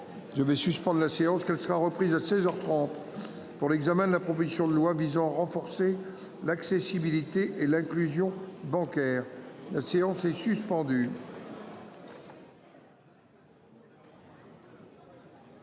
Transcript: Je vais suspendre la séance qu'elle sera reprise à 16h 30 pour l'examen de la proposition de loi visant à renforcer l'accessibilité et l'inclusion bancaire. La séance est suspendue.